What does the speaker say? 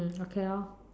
okay lor